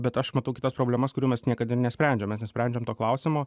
bet aš matau kitas problemas kurių mes niekada ir nesprendžiam mes nusprendžiam to klausimo